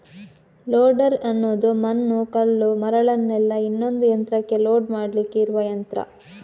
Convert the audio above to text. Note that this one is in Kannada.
ಲೋಡರ್ ಅನ್ನುದು ಮಣ್ಣು, ಕಲ್ಲು, ಮರಳನ್ನೆಲ್ಲ ಇನ್ನೊಂದು ಯಂತ್ರಕ್ಕೆ ಲೋಡ್ ಮಾಡ್ಲಿಕ್ಕೆ ಇರುವ ಯಂತ್ರ